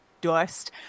Dust